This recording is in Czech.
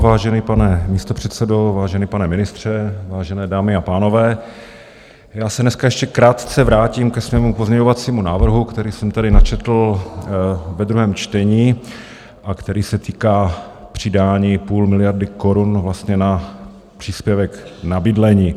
Vážený pane místopředsedo, vážený pane ministře, vážené dámy a pánové, já se dneska ještě krátce vrátím ke svému pozměňovacímu návrhu, který jsem tady načetl ve druhém čtení a který se týká přidání půl miliardy korun vlastně na příspěvek na bydlení.